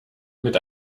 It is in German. mit